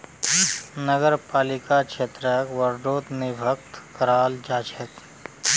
नगरपालिका क्षेत्रक वार्डोत विभक्त कराल जा छेक